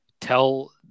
tell